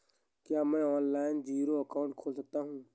क्या मैं online zero account खोल सकता हूँ?